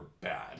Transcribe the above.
bad